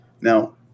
Now